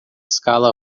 escala